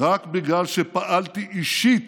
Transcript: רק בגלל שפעלתי אישית,